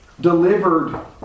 delivered